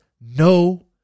no